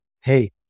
hey